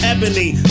Ebony